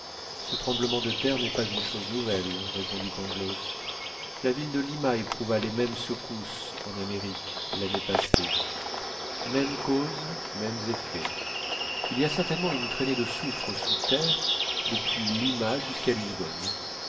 ce tremblement de terre n'est pas une chose nouvelle répondit pangloss la ville de lima éprouva les mêmes secousses en amérique l'année passée mêmes causes mêmes effets il y a certainement une traînée de soufre sous terre depuis lima jusqu'à lisbonne